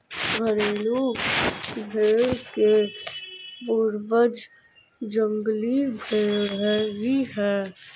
घरेलू भेंड़ के पूर्वज जंगली भेंड़ ही है